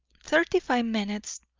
thirty-five minutes,